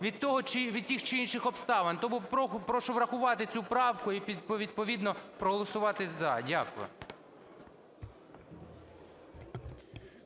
від тих чи інших обставин. Тому прошу врахувати цю правку і відповідно проголосувати "за". Дякую.